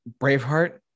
Braveheart